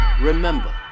remember